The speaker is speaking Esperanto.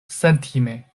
sentime